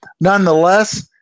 nonetheless